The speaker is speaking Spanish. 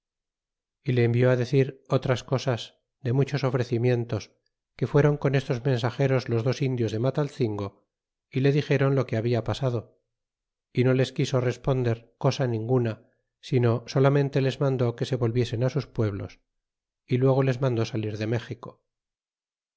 y le envió decir otras cosas de muchos ofrecimientos que fuéron con estos mensageros los dos endios de matalizing o y le dixéron lo que había pasado y no les quiso responder cosa ninguna sino solamente les mandó que se volviesen t stis pueblos y luego les mandó salir de méxico